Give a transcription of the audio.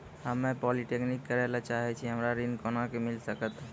हम्मे पॉलीटेक्निक करे ला चाहे छी हमरा ऋण कोना के मिल सकत?